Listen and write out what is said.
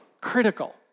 critical